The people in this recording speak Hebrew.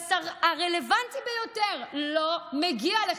והשר הרלוונטי ביותר לא מגיע לכאן.